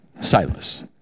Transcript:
Silas